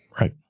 Right